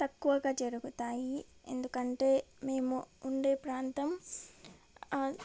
తక్కువగా జరుగుతాయి ఎందుకంటే మేము ఉండే ప్రాంతం